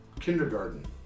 kindergarten